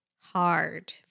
hard